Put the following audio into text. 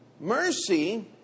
Mercy